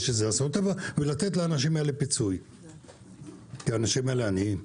שזה אסון טבע ולתת לאנשים האלה פיצוי כי האנשים האלה עניים,